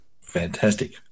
Fantastic